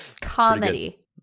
Comedy